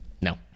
No